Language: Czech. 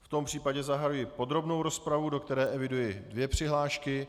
V tom případě zahajuji podrobnou rozpravu, do které eviduji dvě přihlášky.